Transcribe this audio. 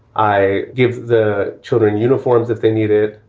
i give the children uniforms if they need it.